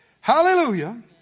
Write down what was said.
Hallelujah